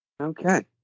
Okay